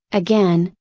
again,